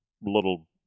little